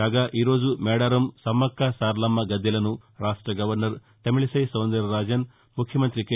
కాగా ఈ రోజు మేడారం సమ్మక్క సారలమ్మ గద్దెలను రాష్ట గవర్నర్ తమిళిసై సౌందరరాజన్ ముఖ్యమంత్రి కె